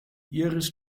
iris